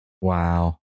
Wow